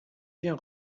bien